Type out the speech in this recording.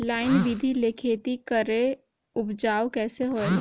Line बिधी ले खेती करेले उपजाऊ कइसे होयल?